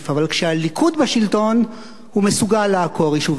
אבל כשהליכוד בשלטון הוא מסוגל לעקור יישובים,